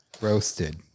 Roasted